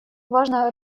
важно